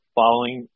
following